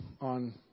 on